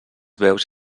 veus